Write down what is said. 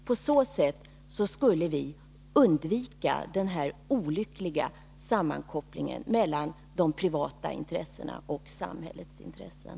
På så sätt skulle vi undvika den här olyckliga sammankopplingen mellan de privata intressena och samhällets intressen.